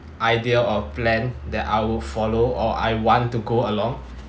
idea or plan that I will follow or I want to go along